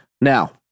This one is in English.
Now